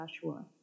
Joshua